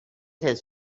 his